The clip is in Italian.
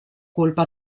colpa